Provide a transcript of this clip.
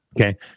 Okay